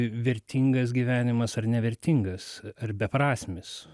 vertingas gyvenimas ar nevertingas ar beprasmis